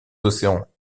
océans